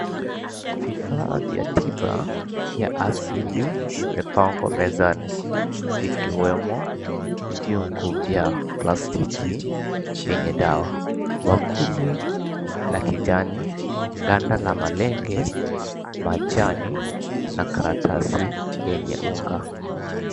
Vifaa vya tiba ya asili vimepangwa mezani. Vikiwemo vyungu vya plastiki vyenye dawa, bakuli la kijani, ganda la malenge, majani, na karatasi yenye unga.